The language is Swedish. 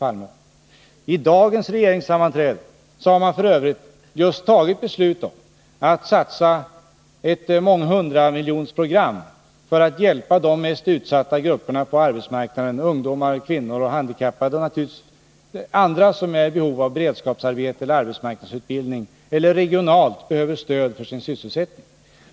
Vid dagens regeringssammanträde har man f. ö. fattat beslut om att satsa många hundra miljoner på ett program för att just hjälpa de mest utsatta grupperna på arbetsmarknaden —- ungdomar, kvinnor, handikappade och naturligtvis även andra som är i behov av beredskapsarbete eller arbetsmarknadsutbildning eller som regionalt behöver stöd för sin sysselsättning.